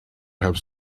have